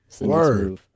Word